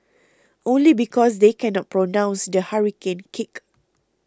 only because they cannot pronounce the hurricane kick